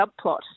subplot